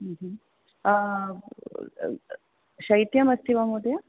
ह्म् ह्म् शैत्यमस्ति वा महोदयः